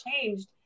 changed